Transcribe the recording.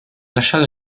lasciato